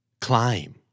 Climb